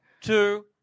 two